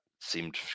seemed